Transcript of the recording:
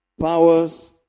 Powers